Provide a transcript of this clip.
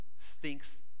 thinks